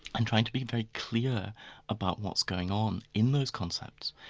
and trying to be very clear about what's going on in those concepts.